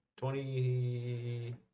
Twenty